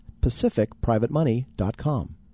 pacificprivatemoney.com